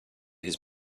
his